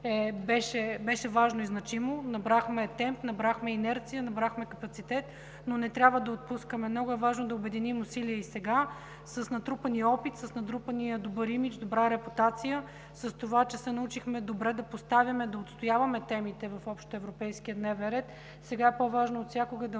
беше важно и значимо – набрахме темп, набрахме инерция, набрахме капацитет, но не трябва да отпускаме. Много важно е да обединим усилия с натрупания опит, с натрупания добър имидж, добра репутация, с наученото добре да поставяме и да отстояваме темите в общоевропейския дневен ред. Сега по-важно от всякога е